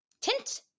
tint